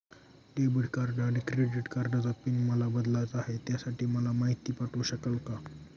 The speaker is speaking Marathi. डेबिट आणि क्रेडिट कार्डचा पिन मला बदलायचा आहे, त्यासाठी मला माहिती पाठवू शकाल का?